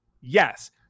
Yes